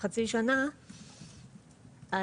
חצי שנה,